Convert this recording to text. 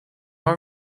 are